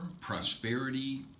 Prosperity